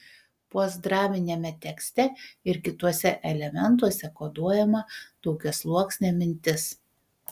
postdraminiame tekste ir kituose elementuose koduojama daugiasluoksnė mintis